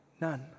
none